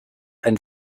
ein